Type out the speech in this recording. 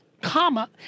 comma